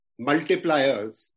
multipliers